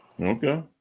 Okay